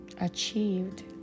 achieved